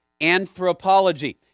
anthropology